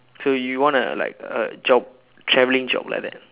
so you wanna like a job traveling job like that